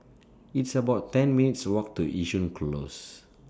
It's about ten minutes' Walk to Yishun Close